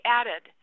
added